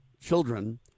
children